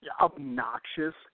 obnoxious